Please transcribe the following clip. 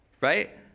right